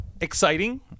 exciting